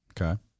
okay